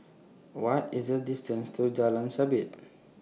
What IS The distance to Jalan Sabit